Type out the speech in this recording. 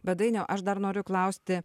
bet dainiau aš dar noriu klausti